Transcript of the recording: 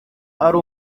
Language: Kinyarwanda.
ari